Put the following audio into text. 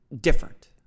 different